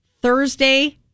Thursday